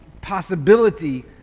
possibility